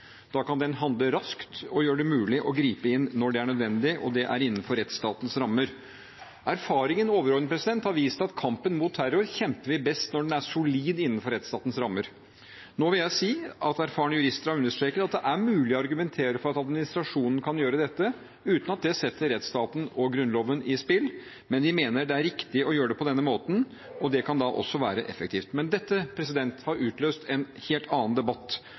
Da kan den handle raskt og gjøre det mulig å gripe inn når det er nødvendig og det er innenfor rettsstatens rammer. Erfaringen, overordnet, har vist at kampen mot terror bekjemper vi best når den er solid innenfor rettsstatens rammer. Erfarne jurister har understreket at det er mulig å argumentere for at administrasjonen kan gjøre dette uten at det setter rettsstaten og Grunnloven i spill, men vi mener det er riktig å gjøre det på denne måten, og det kan også være effektivt. Men dette har utløst en helt annen debatt